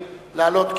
לעלות.